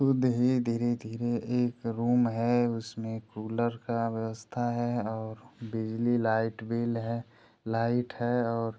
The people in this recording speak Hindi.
खुद ही धीरे धीरे एक रूम है उसमें कूलर का व्यवस्था है और बिजली लाइट भी है लाइट है और